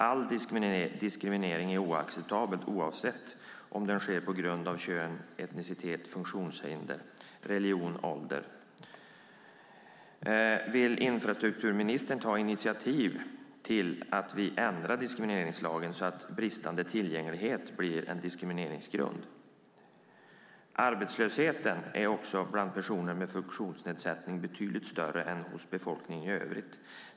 All diskriminering är oacceptabel, oavsett om den sker på grund av kön, etnicitet, funktionshinder, religion eller ålder. Vill infrastrukturministern ta initiativ till att vi ändrar diskrimineringslagen så att bristande tillgänglighet blir en diskrimineringsgrund? Arbetslösheten bland personer med funktionsnedsättning är också betydligt större än hos befolkningen i övrigt.